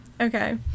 Okay